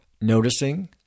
Noticing